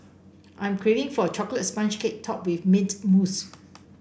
I'm craving for a chocolate sponge cake topped with mint mousse